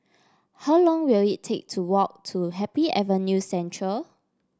how long will it take to walk to Happy Avenue Central